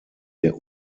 der